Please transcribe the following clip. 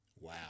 Wow